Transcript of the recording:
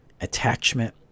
attachment